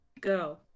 Go